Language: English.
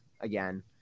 again